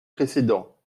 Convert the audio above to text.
précédents